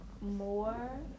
more